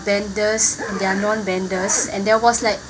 benders they are non-benders and there was like